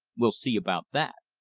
we'll see about that!